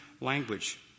language